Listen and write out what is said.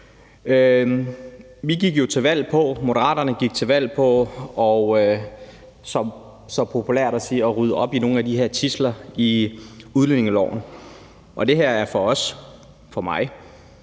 stor pris på. Moderaterne gik jo til valg på populært sagt at rydde op i nogle af de her tidsler i udlændingeloven. Det her er for os og for mig